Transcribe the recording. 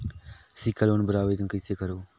सिक्छा लोन बर आवेदन कइसे करव?